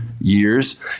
years